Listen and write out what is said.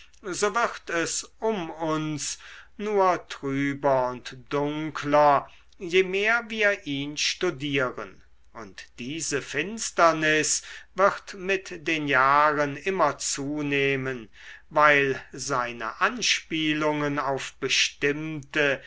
so wird es um uns nur trüber und dunkler je mehr wir ihn studieren und diese finsternis wird mit den jahren immer zunehmen weil seine anspielungen auf bestimmte